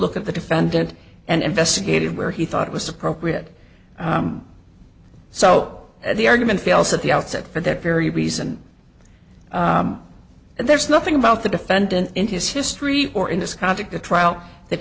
look at the defendant and investigated where he thought it was appropriate so the argument fails at the outset for that very reason and there's nothing about the defendant in his history or in this conduct a trial that